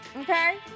okay